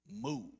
move